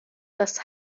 das